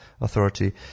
Authority